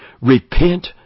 repent